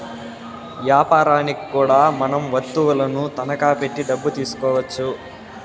యాపారనికి కూడా మనం వత్తువులను తనఖా పెట్టి డబ్బు తీసుకోవచ్చు